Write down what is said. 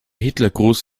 hitlergruß